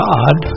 God